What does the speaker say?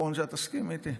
נכון שאת תסכימי איתי?